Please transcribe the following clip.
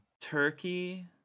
Turkey